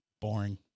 Boring